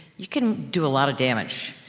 you can do a lot of damage.